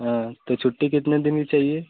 हाँ तो छुट्टी कितने दिन की चाहिए